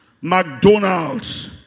McDonald's